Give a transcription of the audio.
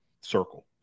circle